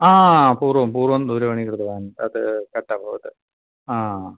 हा पूर्वं पूर्वं दूरवाणीं कृतवान् तद् कथं अभवत् हा